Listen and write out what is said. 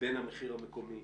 בין המחיר המקומי